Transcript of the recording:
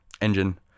engine